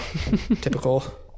typical